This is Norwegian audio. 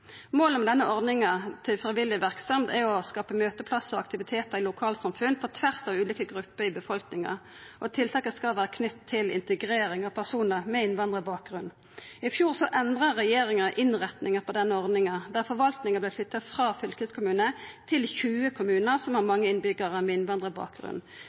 Målet med denne ordninga er å skapa møteplassar og aktivitetar i lokalsamfunn på tvers av ulike grupper i befolkninga. Tiltaka skal vera knytte til integrering av personar med innvandrarbakgrunn. I fjor endra regjeringa innrettinga av denne ordninga, da forvaltinga vart flytta frå fylkeskommune til 20 kommunar som har mange innbyggjarar med innvandrarbakgrunn.